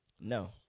No